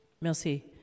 Merci